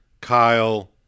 Kyle